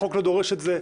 החוק לא דורש את זה,